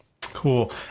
Cool